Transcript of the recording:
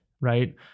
right